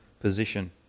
position